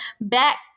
back